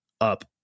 up